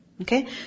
Okay